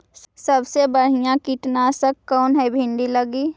सबसे बढ़िया कित्नासक कौन है भिन्डी लगी?